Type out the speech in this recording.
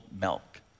milk